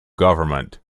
government